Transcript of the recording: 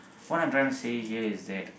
what I'm trying to say here is that